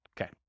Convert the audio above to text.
Okay